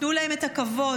תנו להם את הכבוד,